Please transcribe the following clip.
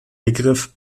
begriff